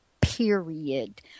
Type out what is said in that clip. period